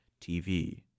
TV